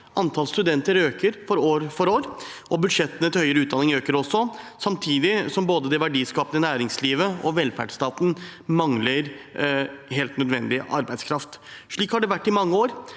Antallet studenter øker år for år, budsjettene til høyere utdanning øker også, samtidig som både det verdiskapende næringslivet og velferdsstaten mangler helt nødvendig arbeidskraft. Slik har det vært i mange år.